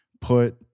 put